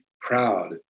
proud